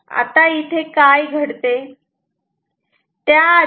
तेव्हा इथे काय घडते